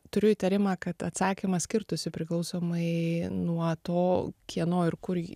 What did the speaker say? turiu įtarimą kad atsakymas skirtųsi priklausomai nuo to kieno ir kur